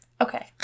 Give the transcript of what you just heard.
Okay